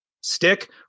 stick